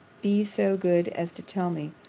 be so good as to tell me,